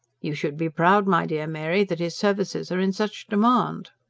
you should be proud, my dear mary, that his services are in such demand.